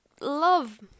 love